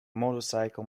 motorcycle